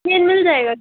ये मिल जाएगा